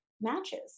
matches